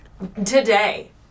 today